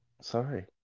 sorry